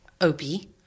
Opie